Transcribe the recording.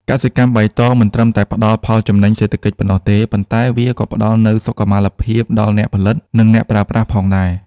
កសិកម្មបៃតងមិនត្រឹមតែផ្ដល់ផលចំណេញសេដ្ឋកិច្ចប៉ុណ្ណោះទេ ប៉ុន្តែវាក៏ផ្ដល់នូវសុខុមាលភាពដល់អ្នកផលិត និងអ្នកប្រើប្រាស់ផងដែរ។